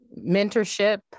mentorship